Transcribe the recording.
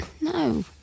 No